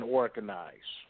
organize